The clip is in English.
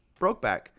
Brokeback